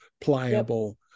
pliable